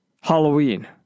Halloween